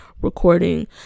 recording